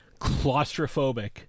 claustrophobic